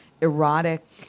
erotic